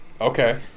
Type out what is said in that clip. Okay